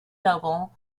noble